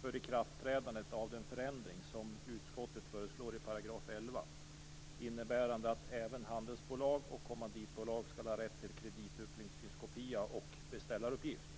för ikraftträdandet av den förändring i § 11 som utskottet föreslår, innebärande att även handelsbolag och kommanditbolag skall ha rätt till kreditupplysningskopia och beställaruppgift.